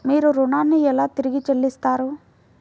మీరు ఋణాన్ని ఎలా తిరిగి చెల్లిస్తారు?